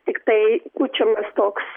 tiktai pučiamas toks